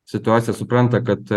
situaciją supranta kad